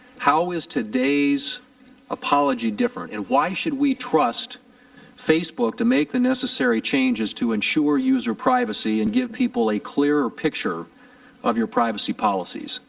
how is today's apology different and why should we trust facebook to make the necessary changes to ensure user privacy and give people a clear picture of your privacy policies?